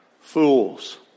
fools